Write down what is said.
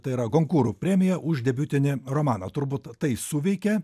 tai yra gonkūrų premija už debiutinį romaną turbūt tai suveikė